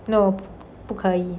no 不可以